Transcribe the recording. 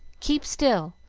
keep still!